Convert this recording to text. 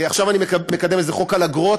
עכשיו אני מקדם איזה חוק על אגרות,